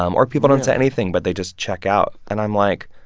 um or people don't say anything, but they just check out. and i'm like,